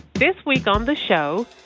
this week on the show,